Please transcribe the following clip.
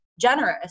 generous